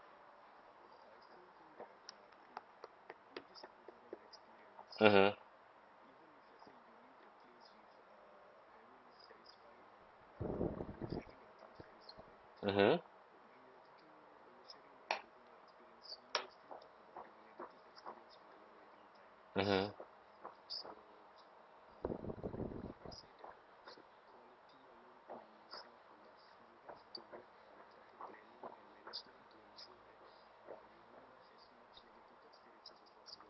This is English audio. mmhmm mmhmm mmhmm